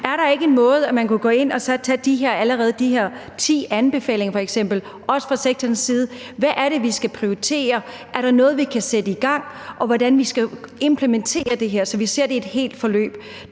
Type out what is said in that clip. Er der ikke en måde, hvorpå man kan gå ind og tage de her ti anbefalinger, der allerede er, også fra sektorens side? Hvad er det, de skal prioritere? Er der noget, de kan sætte i gang? Og hvordan skal de implementere det her, så de ser det i et helt forløb?